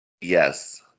Yes